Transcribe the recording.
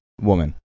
Woman